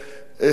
החיסונים,